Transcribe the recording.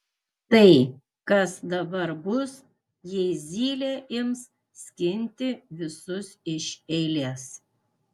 tai kas dabar bus jei zylė ims skinti visus iš eilės